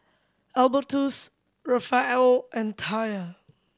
Albertus Rafael and Taya